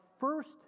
first